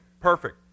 perfect